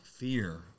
fear